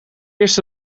eerst